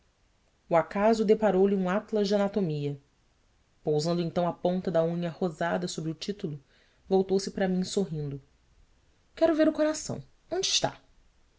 o acaso deparou lhe um atlas de anatomia pousando então a ponta da unha rosada sobre o título voltou-se para mim sorrindo uero ver o coração onde está